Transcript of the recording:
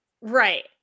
right